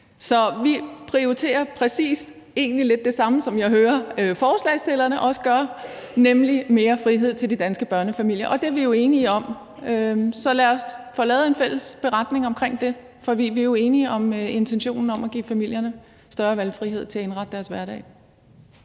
Så vi prioriterer egentlig præcis det samme, som jeg hører at forslagsstillerne gør, nemlig mere frihed til de danske børnefamilier. Det er vi enige om, så lad os få lavet en fælles beretning om det; for vi er jo enige om intentionen om at give familierne større valgfrihed til at indrette deres hverdag.